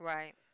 Right